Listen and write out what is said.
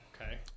Okay